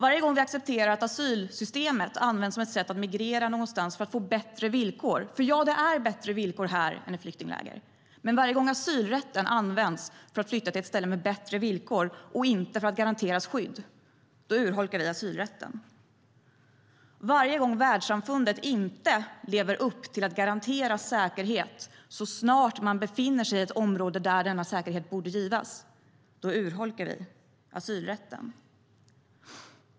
Varje gång som vi accepterar att asylsystemet används som ett sätt att migrera till ett land för att få bättre villkor - ja, det är bättre villkor här än i flyktingläger - och inte för att garanteras skydd, då urholkar vi asylrätten. Varje gång som världssamfundet inte lever upp till att garantera säkerhet så snart man befinner sig i ett område där denna säkerhet borde finnas, då urholkar vi asylrätten.